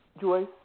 Joyce